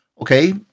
okay